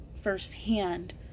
firsthand